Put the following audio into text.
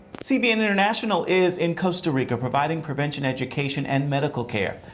cbn international is in costa rica providing providing education and medical care.